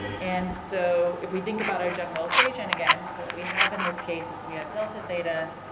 and so if we think about our general equation again, so what we have in this case is we have delta theta,